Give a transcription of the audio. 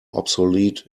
obsolete